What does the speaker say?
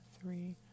three